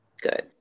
Good